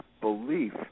belief